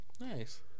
Nice